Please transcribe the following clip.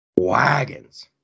wagons